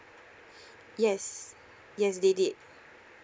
yes yes they did